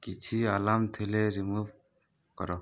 କିଛି ଆଲାର୍ମ୍ ଥିଲେ ରିମୁଭ୍ କର